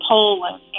Poland